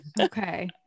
Okay